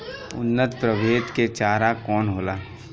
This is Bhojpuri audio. उन्नत प्रभेद के चारा कौन होला?